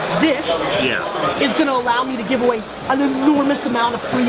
this yeah is gonna allow me to give away an enormous amount of free